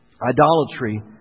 Idolatry